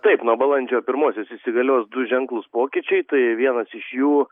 taip nuo balandžio pirmosios įsigalios du ženklūs pokyčiai tai vienas iš jų